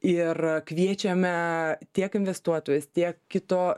ir kviečiame tiek investuotojus tiek kito